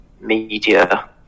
media